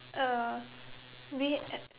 uh we